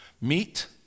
Meet